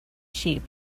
sheep